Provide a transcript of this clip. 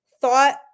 thought